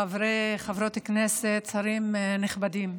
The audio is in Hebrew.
חברי וחברות הכנסת, שרים נכבדים,